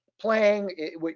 playing